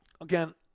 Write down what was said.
Again